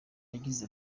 yagize